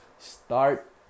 Start